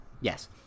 Yes